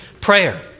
prayer